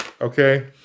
Okay